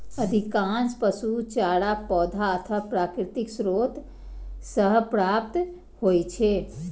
अधिकांश पशु चारा पौधा अथवा प्राकृतिक स्रोत सं प्राप्त होइ छै